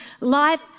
Life